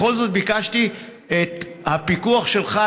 בכל זאת ביקשתי את הפיקוח שלך,